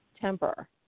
temper